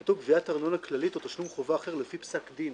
כתוב גביית ארנונה כללית או תשלום חובה אחר לפי פסק דין.